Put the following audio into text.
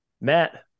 Matt